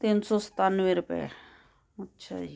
ਤਿੰਨ ਸੌ ਸਤਾਨਵੇਂ ਰੁਪਏ ਅੱਛਾ ਜੀ